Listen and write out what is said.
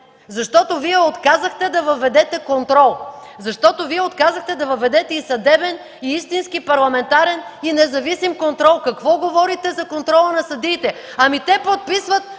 защото Вие отказахте да въведете контрол, защото Вие отказахте да въведете и съдебен, и истински парламентарен, и независим контрол. Какво говорите за контрол на съдиите? (Реплики от